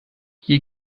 hier